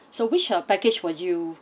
so which uh package for you